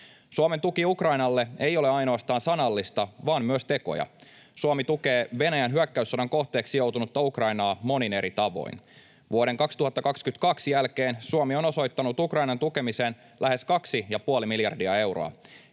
Suomen tuki Ukrainalle ei ole ainoastaan sanallista vaan myös tekoja. Suomi tukee Venäjän hyökkäyssodan kohteeksi joutunutta Ukrainaa monin eri tavoin. Vuoden 2022 jälkeen Suomi on osoittanut Ukrainan tukemiseen lähes 2,5 miljardia euroa.